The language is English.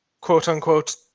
quote-unquote